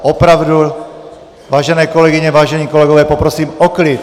A opravdu, vážené kolegyně, vážení kolegové, poprosím o klid!